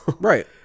Right